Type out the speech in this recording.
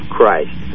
Christ